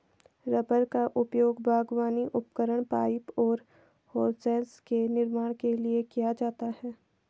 rubber का उपयोग बागवानी उपकरण, पाइप और होसेस के निर्माण के लिए किया जाता है